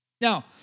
Now